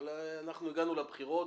אבל אנחנו הגענו לבחירות,